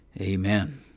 Amen